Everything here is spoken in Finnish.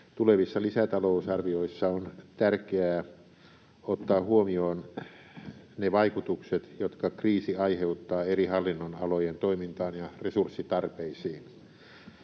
Tulevissa lisätalousarvioissa on tärkeää ottaa huomioon ne vaikutukset, jotka kriisi aiheuttaa eri hallinnonalojen toimintaan ja resurssitarpeisiin.